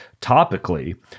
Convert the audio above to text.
topically